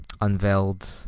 unveiled